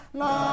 la